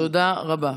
תודה רבה.